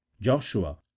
Joshua